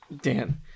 Dan